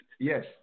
Yes